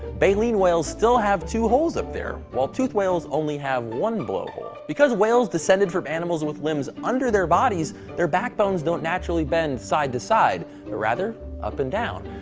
baleen whales still have two holes up there, while toothed whales only have one blowhole. because whales descended from animals with limbs under their bodies, their backbones don't naturally bend side to side, but ah rather up and down.